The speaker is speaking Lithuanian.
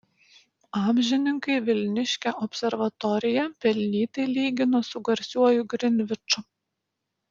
amžininkai vilniškę observatoriją pelnytai lygino su garsiuoju grinviču